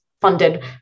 funded